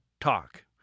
talk